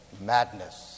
madness